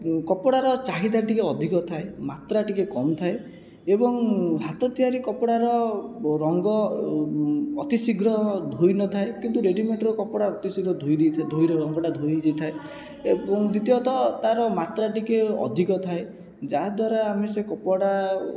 କପଡ଼ାର ଚାହିଦା ଟିକିଏ ଅଧିକ ଥାଏ ମାତ୍ରା ଟିକିଏ କମ୍ ଥାଏ ଏବଂ ହାତ ତିଆରି କପଡ଼ାର ରଙ୍ଗ ଅତି ଶୀଘ୍ର ଧୋଇନଥାଏ କିନ୍ତୁ ରେଡିମେଡ୍ର କପଡ଼ା ଅତି ଶୀଘ୍ର ଧୋଇଦେଇ ଧୋଇ ରଙ୍ଗଟା ଧୋଇ ହୋଇଯାଇଥାଏ ଏବଂ ଦ୍ଵିତୀୟତଃ ତା'ର ମାତ୍ରା ଟିକିଏ ଅଧିକ ଥାଏ ଯାହା ଦ୍ୱାରା ଆମେ ସେ କପଡ଼ା